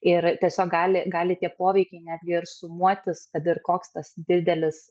ir tiesiog gali gali tie poveikiai netgi ir sumuotis kad ir koks tas didelis